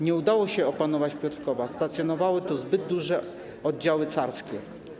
Nie udało się opanować Piotrkowa, stacjonowały tu zbyt duże oddziały carskie.